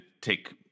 take